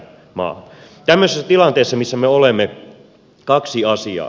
tämmöisessä tilanteessa missä me olemme kaksi asiaa